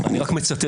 אני רק מצטט.